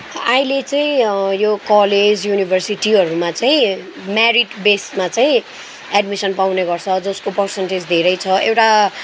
आहिले चाहिँ यो कलेज यो युनिभर्सिटीहरूमा चाहिँ मेरिट बेसमा चाहिँ एडमिसन पाउने गर्छ जसको पर्सेन्टेज धेरै छ एउटा